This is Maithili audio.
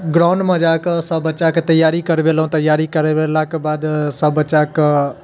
ग्राउण्डमे जाय कऽ सभ बच्चा कऽ तैआरी करबेलहुँ तैआरी करबेलाके बाद सभ बच्चा कऽ